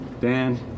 Dan